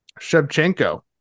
Shevchenko